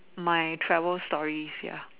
my travel stories ya